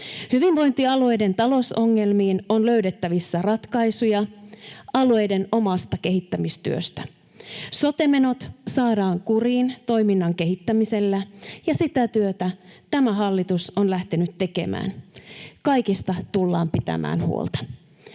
Hyvinvointialueiden talousongelmiin on löydettävissä ratkaisuja alueiden omasta kehittämistyöstä. Sote-menot saadaan kuriin toiminnan kehittämisellä, ja sitä työtä tämä hallitus on lähtenyt tekemään. Kaikista tullaan pitämään huolta.